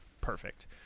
perfect